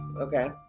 okay